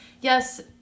yes